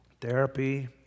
therapy